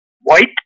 white